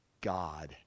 God